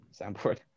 soundboard